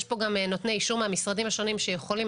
יש כאן גם נותני אישור מהמשרדים השונים שיכולים